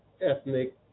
ethnic